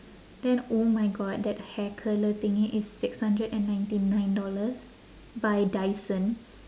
then oh my god that hair curler thingy is six hundred and ninety nine dollars by dyson